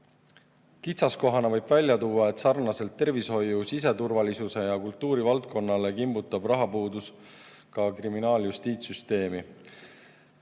arv. Kitsaskohana võib välja tuua, et sarnaselt tervishoiu, siseturvalisuse ja kultuurivaldkonnale kimbutab rahapuudus ka kriminaaljustiitssüsteemi.